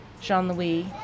Jean-Louis